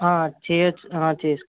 చెయ్యవచ్చు చేసి